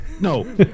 no